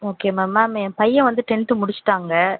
okay ma'am என் பையன் வந்து டென்த் முடிச்சுட்டாங்க